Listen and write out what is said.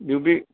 बियूं बि